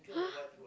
!huh!